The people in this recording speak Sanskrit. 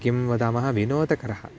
किं वदामः विनोदकरः